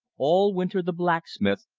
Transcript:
all winter the blacksmith,